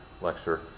lecture